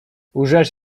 łżesz